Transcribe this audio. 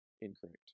incorrect